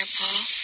Paul